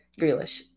Grealish